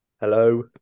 hello